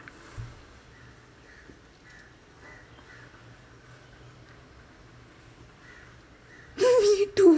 me too